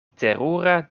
terura